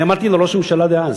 אני אמרתי לראש הממשלה דאז: